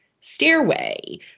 stairway